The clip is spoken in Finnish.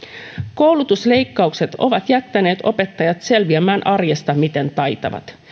koulutusleikkaukset ovat jättäneet opettajat selviämään arjesta miten taitavat